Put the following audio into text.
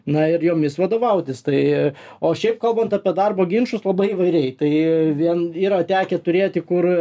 na ir jomis vadovautis tai o šiaip kalbant apie darbo ginčus labai įvairiai tai vien yra tekę turėti kur